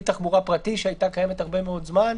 תחבורה פרטי שהייתה קיימת הרבה מאוד זמן,